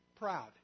proud